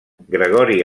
gregori